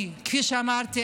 כי כפי שאמרתי,